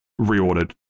reordered